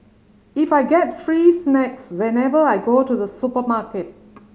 if I get free snacks whenever I go to the supermarket